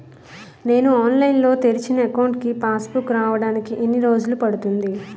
నేను ఆన్లైన్ లో తెరిచిన అకౌంట్ కి పాస్ బుక్ రావడానికి ఎన్ని రోజులు పడుతుంది?